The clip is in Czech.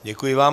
Děkuji vám.